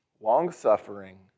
long-suffering